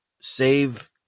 save